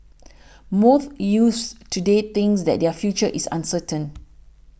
most youths today thinks that their future is uncertain